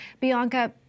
Bianca